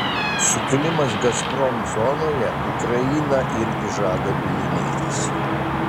sukilimas gazprom zonoje ukraina irgi žada bylinėtis